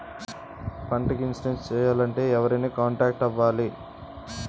పంటకు ఇన్సురెన్స్ చేయాలంటే ఎవరిని కాంటాక్ట్ అవ్వాలి?